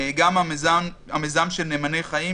גם המיזם "נאמני חיים"